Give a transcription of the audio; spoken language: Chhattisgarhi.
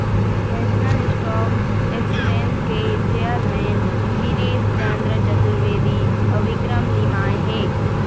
नेशनल स्टॉक एक्सचेंज के चेयरमेन गिरीस चंद्र चतुर्वेदी अउ विक्रम लिमाय हे